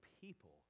people